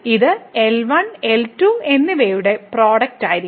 ഇത് L1 L2 എന്നിവയുടെ പ്രോഡക്റ്റ്മായിരിക്കും